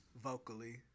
vocally